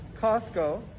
Costco